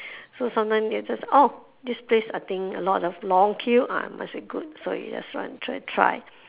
so sometimes they are just orh this place I think a lot of a long queue ah must be good so you just want to try try